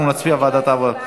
אנחנו נצביע על ועדת עבודה.